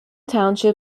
township